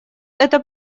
это